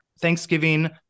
Thanksgiving